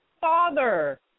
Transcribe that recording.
father